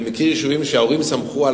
אני מכיר יישובים שבהם ההורים סמכו על